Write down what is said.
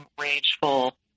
rageful